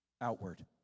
outward